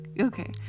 okay